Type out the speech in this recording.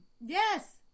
Yes